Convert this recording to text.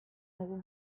dugu